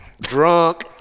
drunk